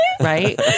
Right